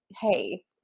Hey